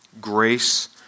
Grace